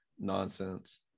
nonsense